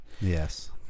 Yes